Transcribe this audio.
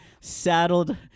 saddled